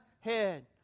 head